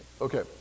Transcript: Okay